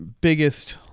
biggest